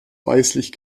weißlich